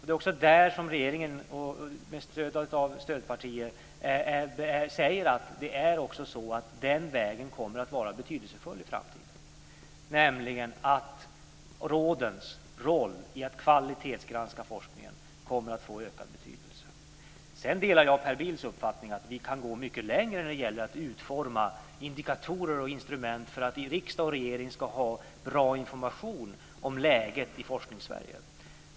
Regeringen säger också med stöd av stödpartierna att den vägen kommer att vara betydelsefull i framtiden. Det handlar alltså om att rådens roll att kvalitetsgranska forskningen kommer att få ökad betydelse. Jag delar Per Bills uppfattning om att vi kan gå mycket längre med att utforma indikatorer och instrument för att riksdag och regering ska ha bra information om läget i Forskningssverige.